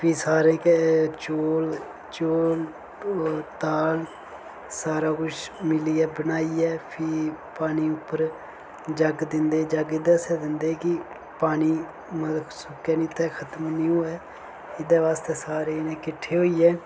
फ्ही सारे के चौल चौल दाल सारा कुछ मिलियै बनाइयै फ्ही पानी उप्पर जग दिंदे जग एहदे आस्तै दिंदे कि पानी मतलब सुक्कै नीं इत्थै खत्म नीं होवे एहदे वास्तै सारे जने किट्ठे होइयै